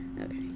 Okay